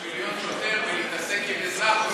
בשביל להיות שוטר ולהתעסק עם אזרח,